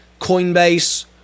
coinbase